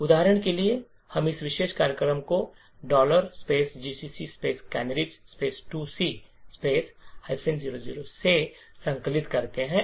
उदाहरण के लिए हम इस विशेष कार्यक्रम को gcc canaries 2c O0 से संकलित करते हैं